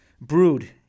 brood